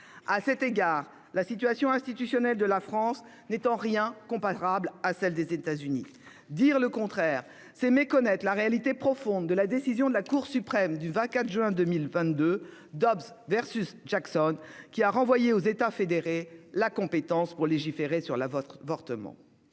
À cet égard, la situation institutionnelle de la France n'est en rien comparable à celle des États-Unis. Dire le contraire, c'est méconnaître la réalité profonde de la décision de la Cour suprême du 24 juin 2022,, qui a renvoyé aux États fédérés la compétence pour légiférer sur l'avortement.